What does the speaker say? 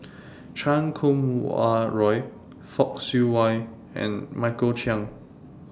Chan Kum Wah Roy Fock Siew Wah and Michael Chiang